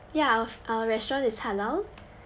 ya of our restaurant is halal